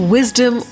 Wisdom